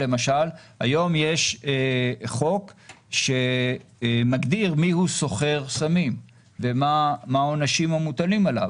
היום יש חוק שמגדיר מיהו סוחר סמים ומהו העונשים המוטלים עליו.